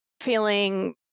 feeling